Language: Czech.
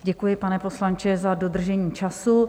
Děkuji, pane poslanče, za dodržení času.